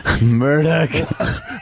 Murdoch